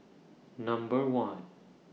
Number one